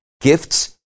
gifts